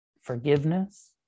forgiveness